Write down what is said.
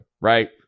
right